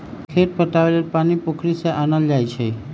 खेत पटाबे लेल पानी पोखरि से आनल जाई छै